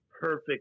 perfect